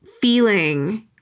feeling